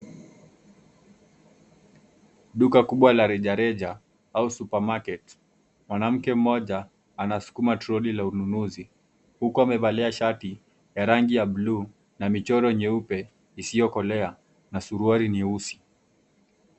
Duka kubwa la rejareja au supermarket . Mwanamke mmoja anasukuma toroli la ununuzi huku amevalia shati ya rangi ya bluu na michoro nyeupe isiyokolea na suruali nyeusi.